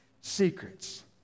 secrets